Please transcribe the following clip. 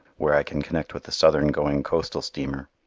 where i can connect with the southern-going coastal steamer.